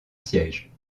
siège